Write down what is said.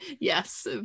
yes